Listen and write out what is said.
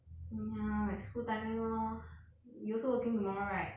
mm ya like school timing lor you also working tomorrow right